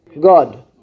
God